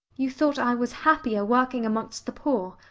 you thought i was happier working amongst the poor.